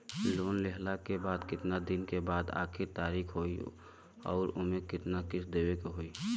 Loan लेहला के कितना दिन के बाद आखिर तारीख होई अउर एमे कितना किस्त देवे के होई?